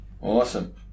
Awesome